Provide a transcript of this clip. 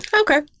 okay